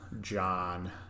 John